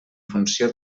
funció